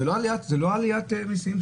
זה לא עליית מיסים,